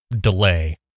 delay